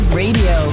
radio